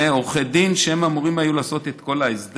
שזה עורכי דין, והם היו אמורים לעשות את כל ההסדר.